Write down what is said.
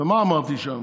מה אמרתי שם?